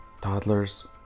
Toddlers